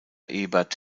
ebert